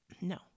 No